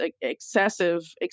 excessive